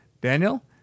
Daniel